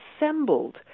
assembled